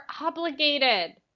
obligated